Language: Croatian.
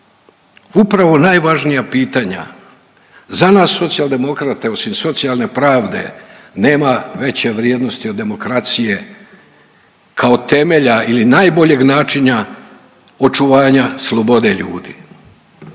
upravo najvažnija pitanja za nas Socijaldemokrate. Osim socijalne pravde nema veće vrijednosti od demokracije kao temelja ili najboljeg načina očuvanja slobode ljudi.